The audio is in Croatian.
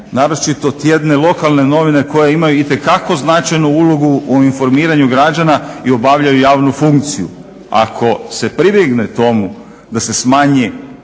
naročito tjedne lokalne novine koje imaju itekako značajnu ulogu u informiranju građana i obavljaju javnu funkciju. Ako se pribjegne tomu da se smanji